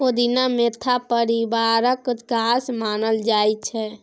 पोदीना मेंथा परिबारक गाछ मानल जाइ छै